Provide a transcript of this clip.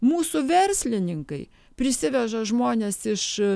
mūsų verslininkai prisiveža žmones iš